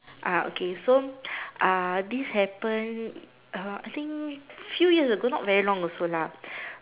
uh okay so uh this happen about I think few years ago not very long also lah